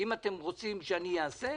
אם אתם רוצים שאני אעשה,